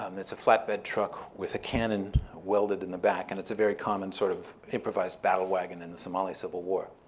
um it's a flatbed truck with a canon welded in the back, and it's a very common sort of improvised battlewagon in the somali civil war.